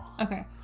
Okay